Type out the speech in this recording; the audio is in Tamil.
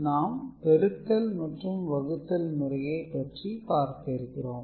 நாம் பெருக்கல் மற்றும் வகுத்தல் முறையை பற்றி பார்க்க இருக்கிறோம்